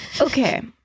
Okay